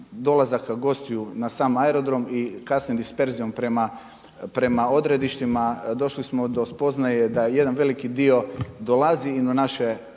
dolazaka gostiju na sam aerodrom i kasnije disperzijom prema odredištima, došli smo do spoznaje da jedan veliki dio dolazi i na naše